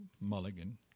Mulligan